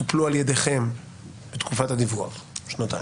טופלו על ידכם בתקופת הדיווח של שנתיים?